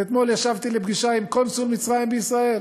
ואתמול ישבתי לפגישה עם קונסול מצרים בישראל,